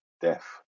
death